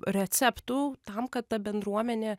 receptų tam kad ta bendruomenė